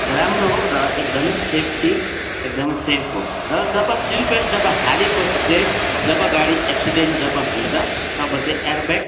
राम्रो हो र एकदमै सेफ्टी एकदमै सेफ हो र जब सिट बेल्ट जब हालेपछि चाहिँ जब गाडी एक्सिडेन्ट जब हुन्छ तब चाहिँ एयरब्याग